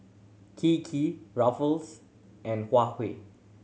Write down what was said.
Kiki Ruffles and Huawei